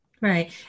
Right